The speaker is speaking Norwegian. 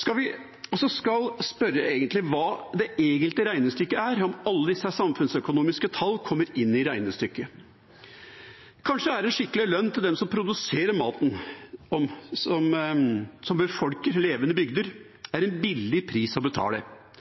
skal vi spørre hva det egentlige regnestykket er, om alle disse samfunnsøkonomiske tallene kommer inn i regnestykket. Kanskje er en skikkelig lønn til dem som produserer maten, og som befolker levende bygder, en liten pris å betale.